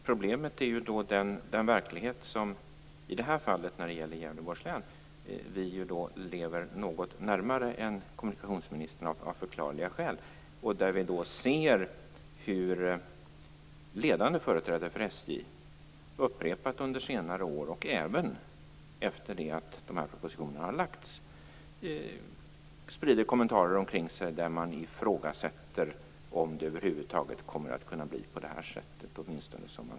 Problemet, som vi som bor i Gävleborgs län av naturliga skäl har kunnat se på närmare håll än kommunikationsministern, är att ledande företrädare för SJ även efter det att de här propositionerna har lagts fram har ifrågasatt om det över huvud taget kommer att kunna bli på det här sättet.